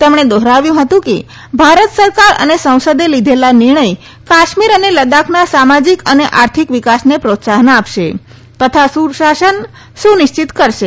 તેમણે દોહરાવ્યું હતું કે ભારત સરકાર અને સંસદે લીધેલો નિર્ણથ કાશ્મીર અને લદ્દાખના સામાજિક અને આર્થિક વિકાસને પ્રોત્સાહન આપશે તથા સુશાસન સુનિશ્ચિત કરશે